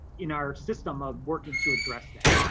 in our system of working to address that.